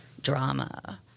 Drama